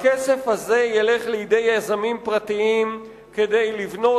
הכסף הזה ילך לידי יזמים פרטיים כדי לבנות